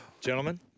gentlemen